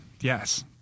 Yes